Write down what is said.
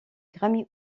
grammy